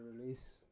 release